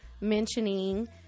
mentioning